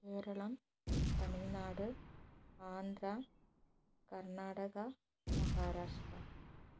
Keralam Tamil Nadu Andhra Karnataka Maharashtra